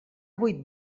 vuit